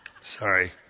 Sorry